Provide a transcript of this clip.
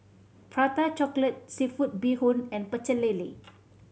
Prata Chocolate seafood bee hoon and Pecel Lele